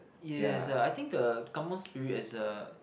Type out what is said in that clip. yes I think the Kampung spirit is a